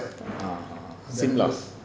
shimla's